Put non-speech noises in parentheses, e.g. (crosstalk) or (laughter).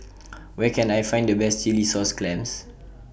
(noise) Where Can I Find The Best Chilli Sauce Clams